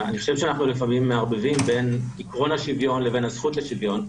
אני חושב שאנחנו לפעמים מערבבים בין עיקרון השוויון לבין הזכות לשוויון,